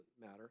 matter